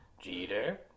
Jeter